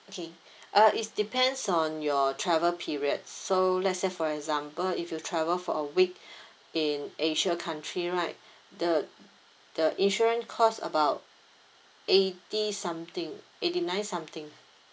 okay uh it depends on your travel period so let's say for example if you travel for a week in asia country right the the insurance cost about eighty something eighty nine something